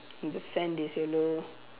and the sand is yellow